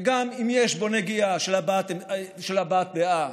וגם אם יש בו נגיעה של הבעת דעה,